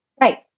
Right